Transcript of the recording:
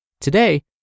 Today